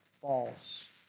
false